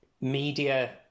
media